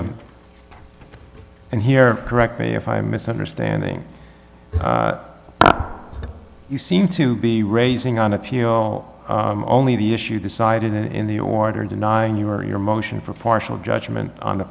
d and here correct me if i'm misunderstanding you seem to be raising on appeal only the issue decided in the order denying you or your motion for partial judgement on t